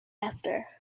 after